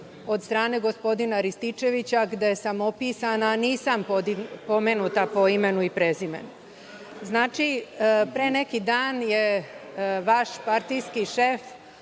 od strane gospodina Rističevića, gde sam opisana, nisam pomenuta po imenu i prezimenu. Znači, pre neki dan je vaš partijski šef